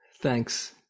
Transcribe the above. Thanks